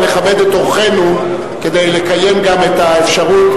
אבל נכבד את אורחינו כדי לקיים גם את האפשרות